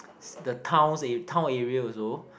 the towns town area also